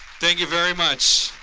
thank you very much.